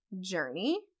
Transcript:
journey